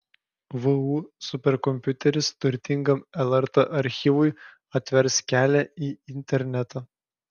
vu superkompiuteris turtingam lrt archyvui atvers kelią į internetą